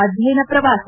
ಅಧ್ಯಯನ ಪ್ರವಾಸ